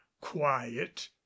quiet